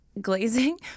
glazing